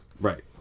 Right